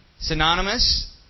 Synonymous